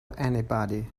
anybody